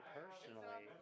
personally